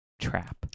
Trap